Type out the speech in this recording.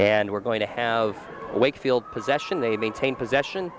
and we're going to have wakefield possession they maintain possession